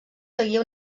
seguia